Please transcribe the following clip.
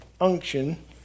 unction